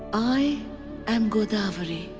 i am godavari.